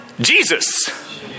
Jesus